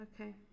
Okay